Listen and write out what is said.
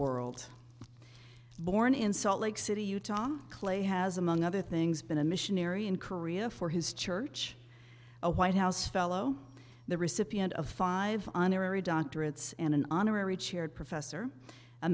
world born in salt lake city utah clay has among other things been a missionary in korea for his church a white house fellow the recipient of five honorary doctorates and an honorary chaired professor a